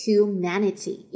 Humanity